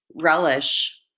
relish